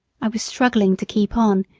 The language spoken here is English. i was struggling to keep on,